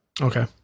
Okay